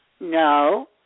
No